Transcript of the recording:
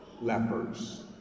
lepers